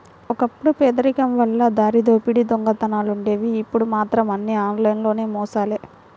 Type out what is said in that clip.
ఒకప్పుడు పేదరికం వల్ల దారిదోపిడీ దొంగతనాలుండేవి ఇప్పుడు మాత్రం అన్నీ ఆన్లైన్ మోసాలే